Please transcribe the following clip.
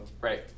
Right